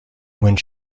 wind